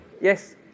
Yes